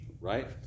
Right